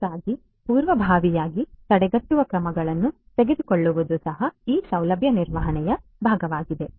ಹಾಗಾಗಿ ಪೂರ್ವಭಾವಿಯಾಗಿ ತಡೆಗಟ್ಟುವ ಕ್ರಮಗಳನ್ನು ತೆಗೆದುಕೊಳ್ಳುವುದು ಸಹ ಈ ಸೌಲಭ್ಯ ನಿರ್ವಹಣೆಯ ಭಾಗವಾಗಿದೆ